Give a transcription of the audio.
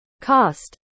cost